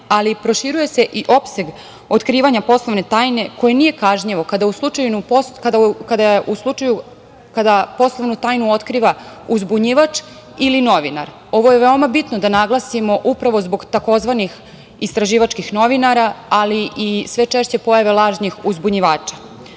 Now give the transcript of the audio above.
ali i proširuje se opseg otkrivanja poslovne tajne, koje nije kažnjivo, kada poslovnu tajnu otkriva uzbunjivač ili novinar. Ovo je veoma bitno da naglasimo, upravo zbog tzv. istraživačkih novinara, ali i sve češće pojave lažnih uzbunjivača. Smisao